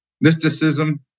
mysticism